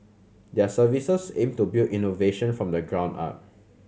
their services aim to build innovation from the ground up